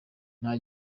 nta